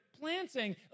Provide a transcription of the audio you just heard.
planting